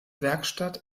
werkstatt